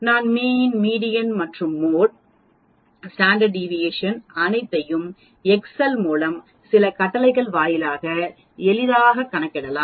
நாம் mean median மற்றும் mode நிலையான விலகலையும் அனைத்தையும் எக்செல் இல் மூலம் சில கட்டளைகள் வாயிலாக எளிதாக கணக்கிடலாம்